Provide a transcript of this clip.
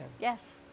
Yes